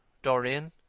dorian,